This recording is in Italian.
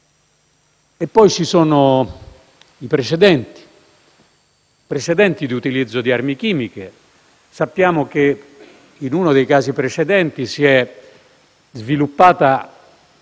Poi ci sono precedenti di utilizzo di armi chimiche. Sappiamo che in uno dei casi precedenti si è sviluppata